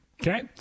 Okay